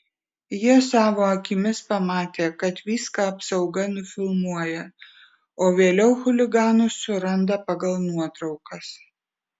jie savo akimis pamatė kad viską apsauga nufilmuoja o vėliau chuliganus suranda pagal nuotraukas